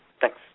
Thanks